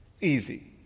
easy